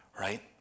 Right